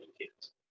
kids